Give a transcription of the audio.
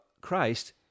Christ